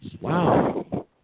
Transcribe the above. Wow